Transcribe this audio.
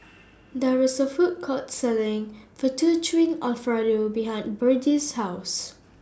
There IS A Food Court Selling Fettuccine Alfredo behind Berdie's House